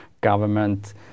government